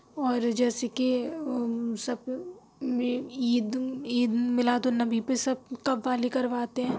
اور جیسے کہ میں عید عید میلاد النبی پہ سب قوالی کرواتے ہیں